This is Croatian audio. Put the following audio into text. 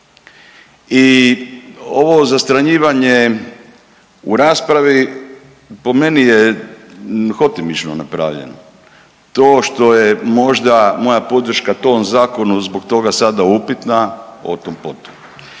I ovo zastranjivanje u raspravi po meni je hotimično napravljeno. To što je možda moja podrška tom zakonu zbog toga sada upitna otom-potom.